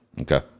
Okay